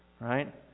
Right